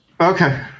Okay